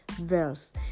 verse